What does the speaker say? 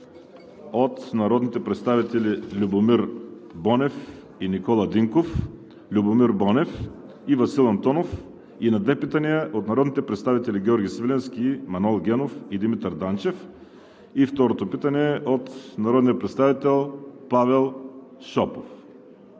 от народните представители Любомир Бонев и Никола Динков; Любомир Бонев; и Васил Антонов; и на две питания от народните представители Георги Свиленски, Манол Генов и Димитър Данчев; и второто питане е от народния представител Павел Шопов.